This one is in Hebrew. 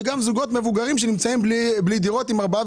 אבל גם זוגות מבוגרים שנמצאים בלי דירות ועם ארבעה,